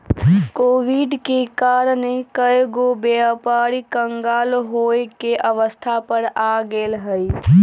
Covid के कारण कएगो व्यापारी क़ँगाल होये के अवस्था पर आ गेल हइ